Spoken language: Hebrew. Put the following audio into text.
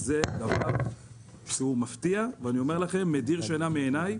זה דבר מפתיע ומדיר שינה מעיניי.